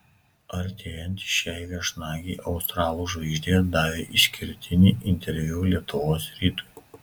artėjant šiai viešnagei australų žvaigždė davė išskirtinį interviu lietuvos rytui